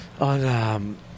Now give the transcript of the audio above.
on